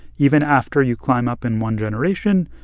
even after you climb up in one generation,